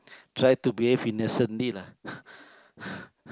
try to behave innocently lah